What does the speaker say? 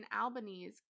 Albanese